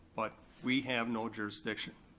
but we have no jurisdiction.